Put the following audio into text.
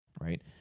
right